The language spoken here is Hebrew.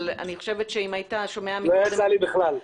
לא יצא לי בכלל.